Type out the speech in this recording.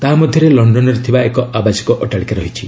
ତାହା ମଧ୍ୟରେ ଲଣ୍ଡନ୍ରେ ଥିବା ଏକ ଆବାସିକ ଅଟ୍ଟାଳିକା ରହିଛି